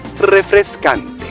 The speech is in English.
refrescante